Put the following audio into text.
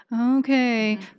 okay